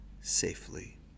safely